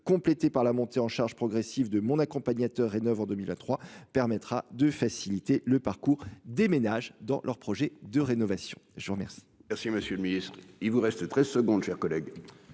complété par la montée en charge progressive de mon accompagnateur et 9 en 2003 permettra de faciliter le parcours des ménages dans leur projet de rénovation. Je vous remercie. Merci, monsieur le Ministre, il vous reste 13 secondes, chers collègues.